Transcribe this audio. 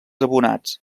abonats